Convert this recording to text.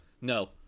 No